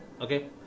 okay